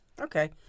Okay